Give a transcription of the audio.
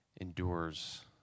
endures